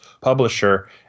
publisher